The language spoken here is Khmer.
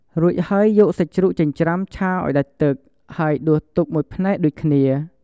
រួចហើយ យកសាច់ជ្រូកចិញ្រ្ចាំឆាឱ្យដាច់ទឹក ហើយដួសទុកមួយផ្នែកដូចគ្នា។